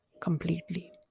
completely